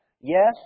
Yes